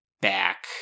back